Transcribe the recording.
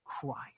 Christ